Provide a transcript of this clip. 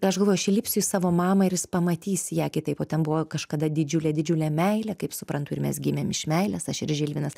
aš galvoju aš įlipsiu į savo mamą ir jis pamatys ją kitaip ten buvo kažkada didžiulė didžiulė meilė kaip suprantu ir mes gimėm iš meilės aš ir žilvinas